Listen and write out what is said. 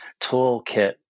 toolkit